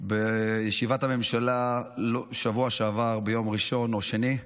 בישיבת הממשלה בשבוע שעבר, ביום ראשון או שני,